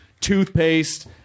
toothpaste